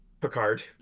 Picard